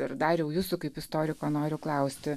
ir dariau jūsų kaip istoriko noriu klausti